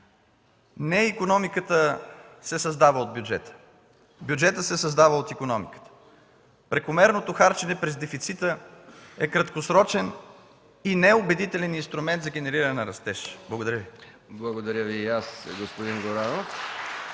Не икономиката се създава от бюджета. Бюджетът се създава от икономиката. Прекомерното харчене през дефицита е краткосрочен и неубедителен инструмент за генериране на растеж. Благодаря Ви. (Ръкопляскания от ГЕРБ.)